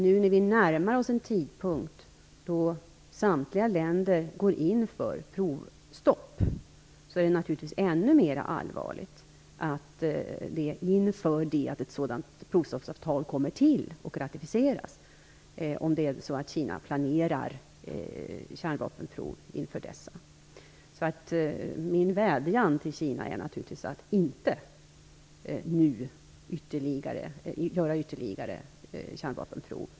Nu när vi närmar oss en tidpunkt då samtliga länder går in för att få till stånd ett provstoppsavtal och ratificera det är det naturligtvis ännu mera allvarligt om Kina planerar kärnvapenprov. Min vädjan till Kina är naturligtvis att man nu inte skall genomföra ytterligare kärnvapenprov.